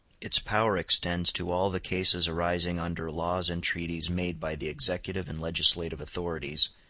its power extends to all the cases arising under laws and treaties made by the executive and legislative authorities,